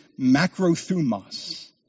macrothumos